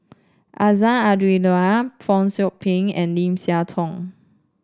Azman Abdullah Fong Chong Pik and Lim Siah Tong